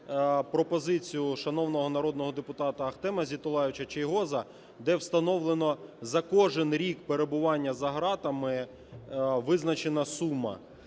пропозицію шановного народного депутата Ахтема Зейтуллайовича Чийгоза, де встановлена за кожен рік перебування за ґратами визначена сума.